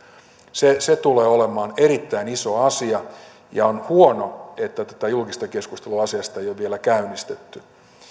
se se tulee olemaan erittäin iso asia ja on huono että tätä julkista keskustelua asiasta ei ole vielä käynnistetty